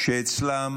שאצלם